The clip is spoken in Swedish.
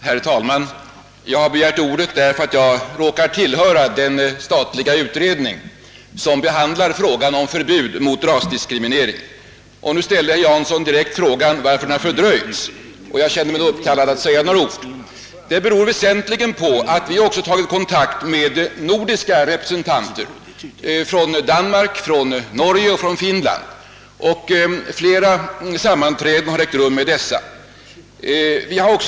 Herr talman! Jag har begärt ordet därför att jag råkar tillhöra den statliga utredning som behandlar frågan om förbud mot rasdiskriminering. Nu ställde herr Jansson den direkta frågan varför utredningen har fördröjts. Jag känner mig då uppkallad att här säga några ord. Dröjsmålet beror väsentligen på att vi i denna fråga också har tagit kontakt med nordiska representanter för Danmark, Norge och Finland. Flera sammanträden har förevarit med dessa representanter.